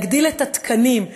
להגדיל את התקנים,